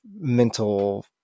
mental